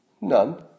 None